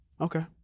okay